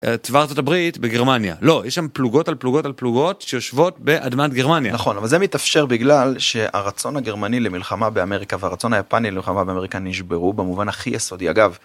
צבא ארה״ב בגרמניה. לא, יש שם פלוגות על פלוגות על פלוגות שיושבות באדמת גרמניה. -נכון, אבל זה מתאפשר בגלל שהרצון הגרמני למלחמה באמריקה, והרצון היפני למלחמה באמריקה, נשברו במובן הכי יסודי, אגב.